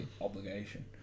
obligation